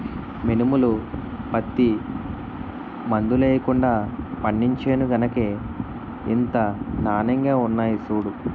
మినుములు, పత్తి మందులెయ్యకుండా పండించేను గనకే ఇంత నానెంగా ఉన్నాయ్ సూడూ